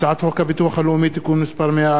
הצעת חוק הביטוח הלאומי (תיקון מס' 140)